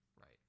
Right